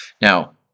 now